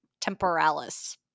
temporalis